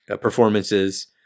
performances